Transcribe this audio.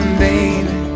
baby